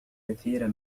كثيرة